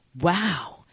Wow